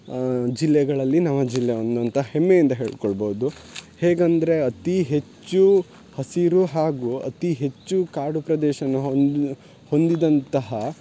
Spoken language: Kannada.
ಜಿಲ್ಲೆಗಳಲ್ಲಿ ನವ ಜಿಲ್ಲೆ ಒಂದು ಅಂತ ಹೆಮ್ಮೆಯಿಂದ ಹೇಳ್ಕೊಳ್ಬೌದು ಹೇಗಂದರೆ ಅತೀ ಹೆಚ್ಚು ಹಸಿರು ಹಾಗು ಅತೀ ಹೆಚ್ಚು ಕಾಡು ಪ್ರದೇಶವನ್ನು ಹೊಂದಿದ ಹೊಂದಿದಂತಹ